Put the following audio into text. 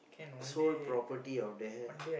sole property of da~